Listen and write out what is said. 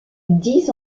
dix